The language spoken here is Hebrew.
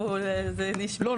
לא,